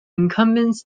incumbents